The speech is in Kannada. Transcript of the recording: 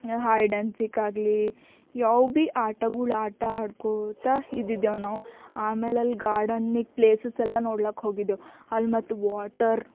ಹೈಡ್ ಆ್ಯಂಡ್ ಸೀಕ್ ಆಗಲಿ ಯಾವ ಬಿ ಆಟಗಳ್ ಆಟಾಡ್ಕೋತ ಇದ್ದಿದೆವು ನಾವು ಆಮೇಲೆ ಅಲ್ಲಿ ಗಾರ್ಡನಿಗೆ ಪ್ಲೇಸಸ್ ಎಲ್ಲ ನೋಡ್ಲಕೆ ಹೋಗಿದ್ದೆವು ಅಲ್ಲಿ ಮತ್ತು ವಾಟರ್